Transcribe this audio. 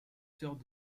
sœurs